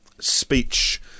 speech